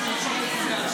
התקדמו.